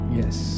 yes